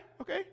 Okay